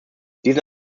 diesen